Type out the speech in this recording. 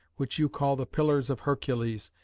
which you call the pillars of hercules,